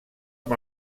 amb